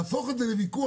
להפוך את זה לוויכוח,